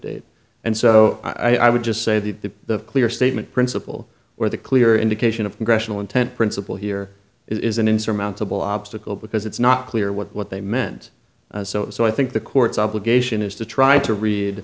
date and so i would just say that the clear statement principle or the clear indication of congressional intent principle here is an insurmountable obstacle because it's not clear what they meant so so i think the court's obligation is to try to read